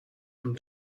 from